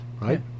right